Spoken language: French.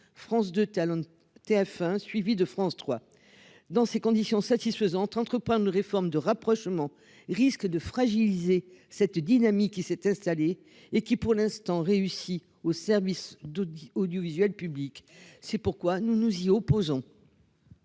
France 2. TF1 suivie de France 3. Dans ces conditions satisfaisantes entreprendre une réforme de rapprochement risque de fragiliser cette dynamique qui s'est installée et qui pour l'instant réussi au service d'audit audiovisuel public. C'est pourquoi nous nous y opposons.